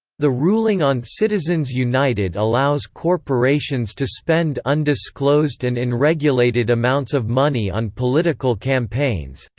the ruling on citizens united allows corporations to spend undisclosed and unregulated amounts of money on political campaigns,